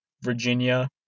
Virginia